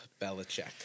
Belichick